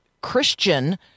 Christian